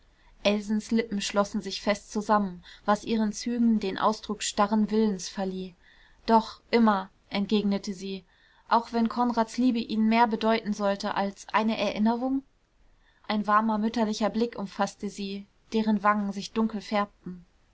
elsens lippen schlossen sich fest zusammen was ihren zügen den ausdruck starren willens verlieh doch immer entgegnete sie auch wenn konrads liebe ihnen mehr bedeuten sollte als eine erinnerung ein warmer mütterlicher blick umfaßte sie deren wangen sich dunkel färbten